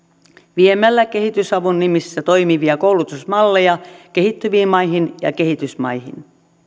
viemällä kehitysavun nimissä toimivia koulutusmalleja kehittyviin maihin ja kehitysmaihin